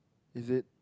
is it